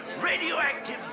radioactive